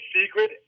secret